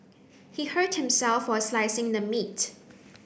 he hurt himself while slicing the meat